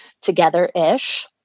together-ish